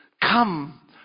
come